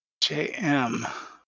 JM